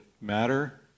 matter